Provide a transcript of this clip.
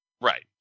Right